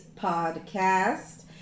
Podcast